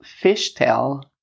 Fishtail